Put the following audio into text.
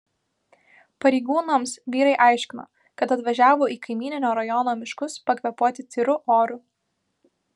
pareigūnams vyrai aiškino kad atvažiavo į kaimyninio rajono miškus pakvėpuoti tyru oru